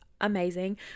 amazing